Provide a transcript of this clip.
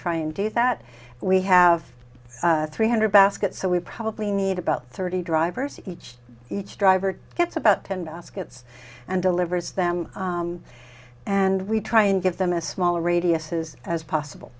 try and do that we have three hundred baskets so we probably need about thirty drivers each each driver gets about ten ask gets and delivers them and we try and give them a small radius is as possible